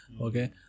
okay